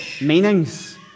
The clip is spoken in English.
meanings